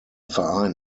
verein